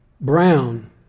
Brown